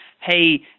hey